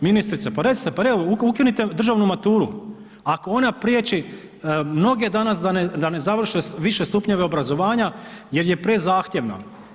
Ministrice pa recite, pa evo ukinite državnu maturu ako ona prijeći mnoge danas da ne završe više stupnjeve obrazovanja jer je prezahtjevna.